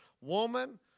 Woman